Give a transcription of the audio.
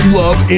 love